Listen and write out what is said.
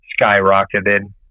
skyrocketed